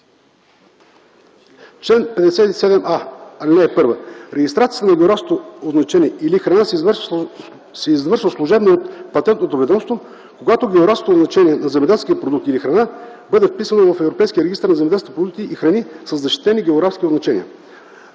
Чл. 57а. (1) Регистрацията на географско означение или храна се извършва служебно от Патентното ведомство, когато географското означение на земеделския продукт или храна бъде вписано в Европейския регистър на земеделските продукти и храни със защитени географски означения.